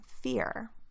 fear